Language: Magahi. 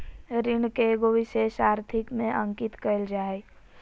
ऋण के एगो विशेष आर्थिक में अंकित कइल जा हइ